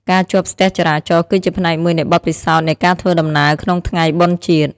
ការជាប់ស្ទះចរាចរណ៍ គឺជាផ្នែកមួយនៃបទពិសោធន៍នៃការធ្វើដំណើរក្នុងថ្ងៃបុណ្យជាតិ។